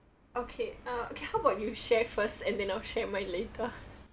okay uh okay how about you share first and then I'll share mine later